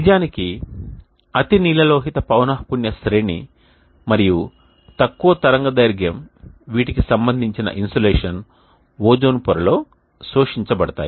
నిజానికి అతినీలలోహిత పౌనఃపున్య శ్రేణి మరియు తక్కువ తరంగదైర్ఘ్యం వీటికి సంబంధించిన ఇన్సోలేషన్ ఓజోన్ పొరలో శోషించబడతాయి